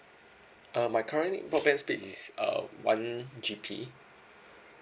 uh my current broadband's state is uh one G_B